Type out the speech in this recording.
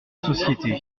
société